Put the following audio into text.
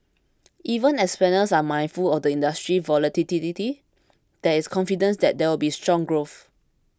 even as planners are mindful of the industry's volatility there is confidence that there will be strong growth